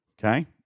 Okay